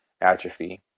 atrophy